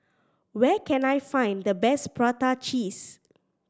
where can I find the best prata cheese